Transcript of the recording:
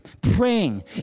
praying